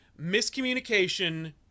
miscommunication